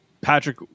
Patrick